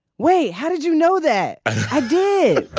way how did you know that i did